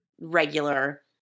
regular